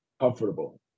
comfortable